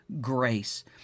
grace